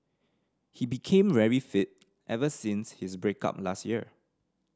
he became very fit ever since his break up last year